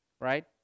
right